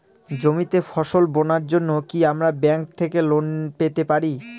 জমিতে ফসল বোনার জন্য কি আমরা ব্যঙ্ক থেকে লোন পেতে পারি?